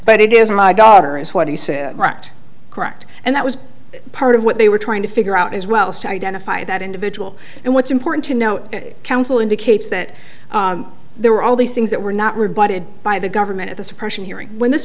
but it is my daughter is what he said right correct and that was part of what they were trying to figure out as well as to identify that individual and what's important to know counsel indicates that there are all these things that were not rebutted by the government at the suppression hearing when this